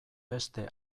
beste